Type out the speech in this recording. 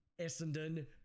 Essendon